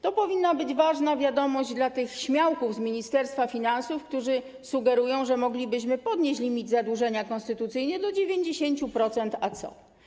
To powinna być ważna wiadomość dla tych śmiałków z Ministerstwa Finansów, którzy sugerują, że moglibyśmy podnieść limit zadłużenia konstytucyjnie do 90%, a co.